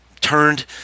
turned